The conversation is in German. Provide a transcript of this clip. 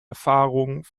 erfahrung